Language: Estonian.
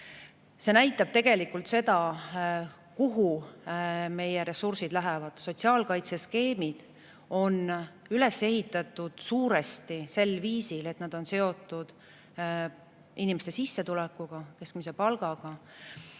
See näitab tegelikult seda, kuhu meie ressursid lähevad. Sotsiaalkaitseskeemid on suuresti üles ehitatud sel viisil, et need on seotud inimeste sissetulekuga, keskmise palgaga,